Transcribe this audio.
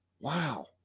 Wow